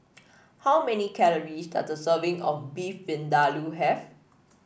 how many calories does a serving of Beef Vindaloo have